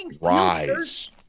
rise